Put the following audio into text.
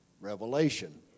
revelation